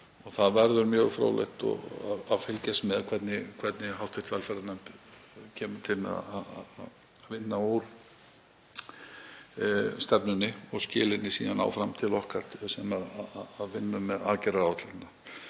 Það verður mjög fróðlegt að fylgjast með því hvernig hv. velferðarnefnd kemur til með að vinna úr stefnunni og skila henni síðan áfram til okkar til að vinna með aðgerðaáætlunina.